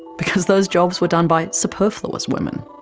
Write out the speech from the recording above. because those jobs were done by superfluous women.